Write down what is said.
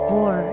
War